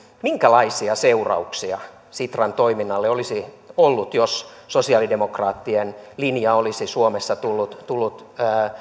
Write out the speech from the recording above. minkälaisia seurauksia sitran toiminnalle olisi ollut jos sosialidemokraattien linja olisi suomessa tullut tullut